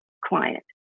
client